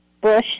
Bush